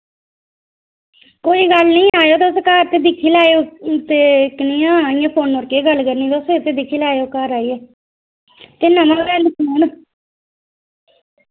कोई गल्ल निं आएओ तुस घर ते दिक्खी लैएओ ते कनेहा इ'यां फोनै पर केह् गल्ल करनी तुस इत्थै दिक्खी लैएओ घर आह्नियै ते नमां गै आह्ल्ली फोन